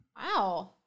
Wow